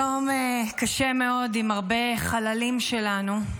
יום קשה מאוד, עם הרבה חללים שלנו.